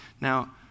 Now